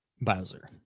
Bowser